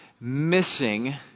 missing